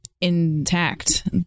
intact